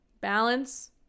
Balance